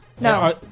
No